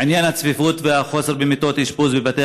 עניין הצפיפות והחוסר במיטות אשפוז בבתי